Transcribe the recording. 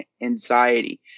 anxiety